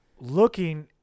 looking